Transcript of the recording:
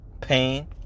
pain